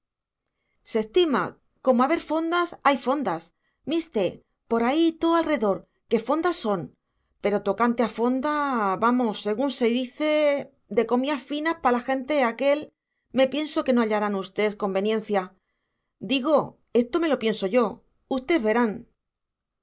se estima como haber fondas hay fondas misté por ahí too alredor que fondas son pero tocante a fonda vamos según se ice de comías finas pa la gente e aquel me pienso que no hallarán ustés conveniencia digo esto me lo pienso yo ustés verán no